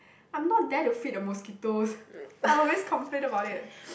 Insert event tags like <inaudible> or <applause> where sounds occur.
I'm not there to feed the mosquitos I always complain about it <noise>